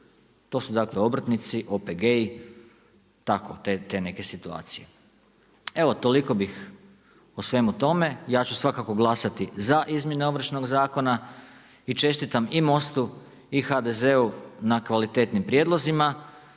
To su dakle obrtnici, OPG-i, tako te neke situacije. Evo toliko bih o svemu tome. Ja ću svakako glasati za izmjene Ovršnog zakona i čestitam i Most-u i HDZ-u na kvalitetnim prijedlozima